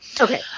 Okay